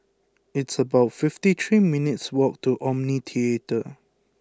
it's about fifty three minutes' walk to Omni Theatre